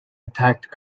attacked